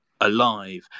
alive